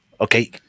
Okay